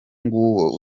nguwo